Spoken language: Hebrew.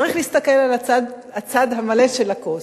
צריך להסתכל על החצי המלא של הכוס,